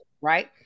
Right